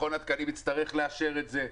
מכון התקנים יצטרך לאשר את זה.